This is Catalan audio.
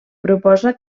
proposa